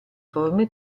forme